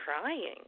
crying